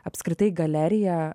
apskritai galerija